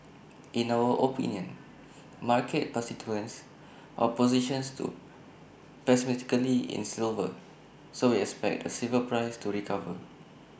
in our opinion market participants are positions too pessimistically in so we expect the silver price to recover